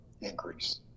increase